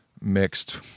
mixed